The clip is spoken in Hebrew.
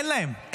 אין להם.